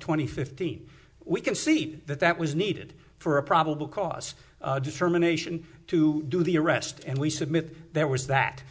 twenty fifteen we can see that that was needed for a probable cause determination to do the arrest and we submit there was that